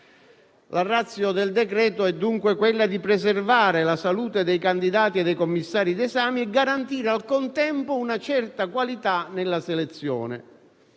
La *ratio* del decreto è dunque quella di preservare la salute dei candidati e dei commissari di esame e garantire, al contempo, una certa qualità nella selezione